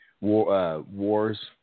wars